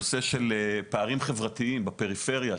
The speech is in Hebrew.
נושא של פערים חברתיים בפריפריה.